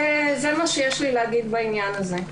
זה מה שיש לי להגיד בעניין הזה.